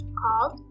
called